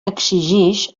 exigix